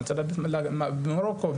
במרוקו,